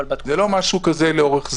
זה לא משהו לאורך זמן.